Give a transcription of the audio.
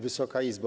Wysoka Izbo!